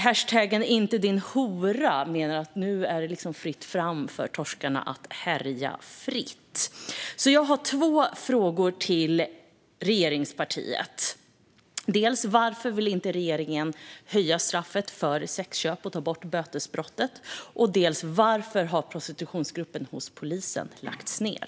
Hashtaggen #intedinhora menar att nu är det fritt fram för torskarna att härja. Jag har två frågor till regeringspartiet: Varför vill inte regeringen höja straffet för sexköp och ta bort bötesbrottet, och varför har prostitutionsgruppen hos polisen lagts ned?